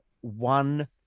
one